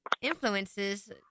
influences